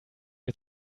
mir